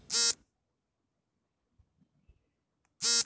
ಸಾಮಾಜಿಕ ಪ್ರಶ್ನೆಗಳನ್ನು ನೀವು ಹೇಗೆ ಪರಿಹರಿಸುತ್ತೀರಿ?